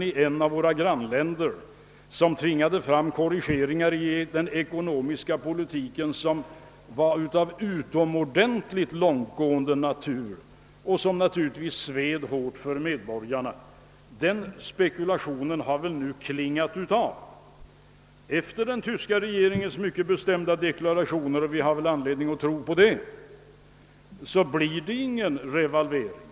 I ett av våra grannländer tvingade avtappningen av valutareserver fram korrigeringar i den ekonomiska politiken av utomordentligt långtgående natur som sved hårt i skinnet på medborgarna. Enligt den tyska regeringens mycket bestämda deklarationer, som vi väl har anledning tro på, blir det ingen revalvering.